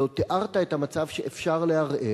הלוא תיארת את המצב שאפשר לערר,